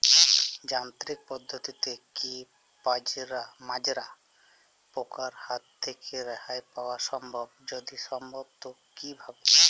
যান্ত্রিক পদ্ধতিতে কী মাজরা পোকার হাত থেকে রেহাই পাওয়া সম্ভব যদি সম্ভব তো কী ভাবে?